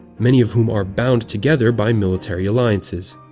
many of whom are bound together by military alliances.